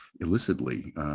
illicitly